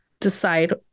decide